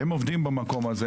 הם עובדים במקום הזה,